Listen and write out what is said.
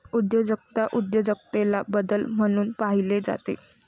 उद्योजकता उद्योजकतेला बदल म्हणून पाहिले जाते